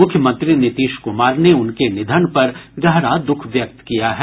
मुख्यमंत्री नीतीश क्मार ने उनके निधन पर गहरा द्ःख व्यक्त किया है